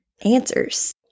answers